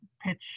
pitch